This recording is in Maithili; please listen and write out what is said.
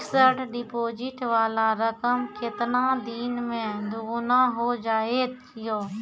फिक्स्ड डिपोजिट वाला रकम केतना दिन मे दुगूना हो जाएत यो?